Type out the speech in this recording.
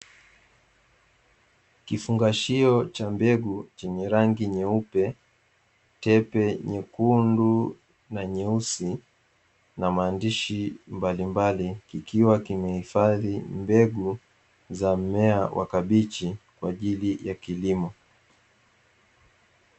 Kifungashio cha mbegu chenye rangi nyeupe, tepe nyekundu na nyeusi na maandishi mbalimbali kikiwa kimehifadhi mbegu za mmea wa kabichi kwa ajili ya kilimo.